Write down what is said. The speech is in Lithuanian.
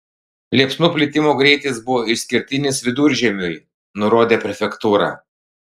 liepsnų plitimo greitis buvo išskirtinis viduržiemiui nurodė prefektūra